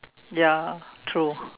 ya true